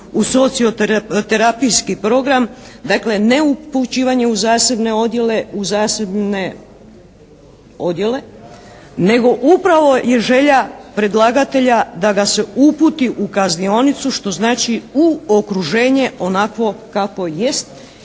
u socio-terapijski program, dakle ne upućivanje u zasebne odjele, u zasebne odjele, nego upravo je želja predlagatelja da ga se uputi u kaznionicu, što znači u okruženje onakvo kakvo jest